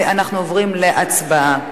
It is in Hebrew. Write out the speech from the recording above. אנחנו עוברים להצבעה.